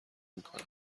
میکنم